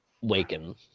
waken